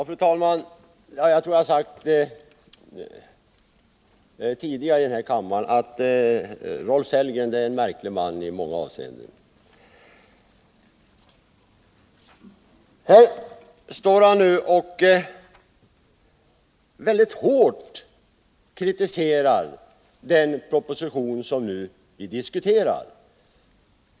Fru talman! Jag tror att jag tidigare i denna kammare har sagt att Rolf Sellgren är en i många avseenden märklig man. Här står han nu och kritiserar mycket hårt den proposition som vi diskuterar.